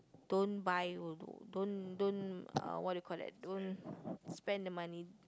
don't buy don't don't uh what do you call that don't spend the money